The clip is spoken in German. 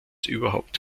überhaupt